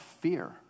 fear